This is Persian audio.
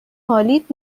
حالیت